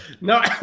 No